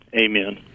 Amen